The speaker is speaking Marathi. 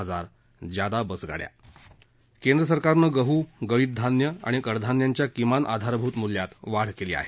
हजार जादा बसगाड्या केंद्र सरकारनं गहु गळीत धान्य आणि कडधान्यांच्या किमान आधारभूत मूल्यात वाढ केली आहे